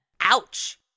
Ouch